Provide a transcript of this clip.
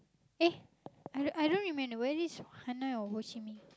eh I I don't remember whether it's Hanoi or Ho-Chi-Minh